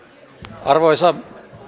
arvoisa